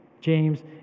James